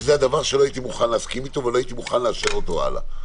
שזה הדבר שלא הייתי מוכן להסכים איתו ולא הייתי מוכן לאשר אותו הלאה.